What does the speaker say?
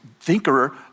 thinker